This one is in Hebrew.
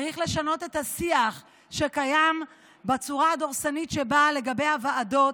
צריך לשנות את השיח שקיים בצורה הדורסנית לגבי הוועדות